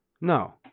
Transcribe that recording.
No